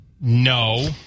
no